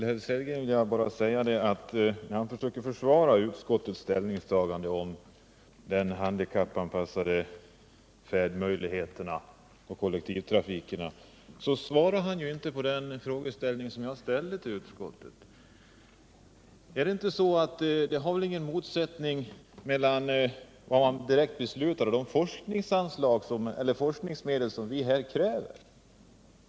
Herr talman! Rolf Sellgren försöker försvara utskottets ställningstagande till handikappanpassade färdmöjligheter och kollektivtrafik, men han svarar inte på min frågeställning. Det finns ingen motsättning mellan vad man direkt beslutade och de forskningsmedel som vi här kräver.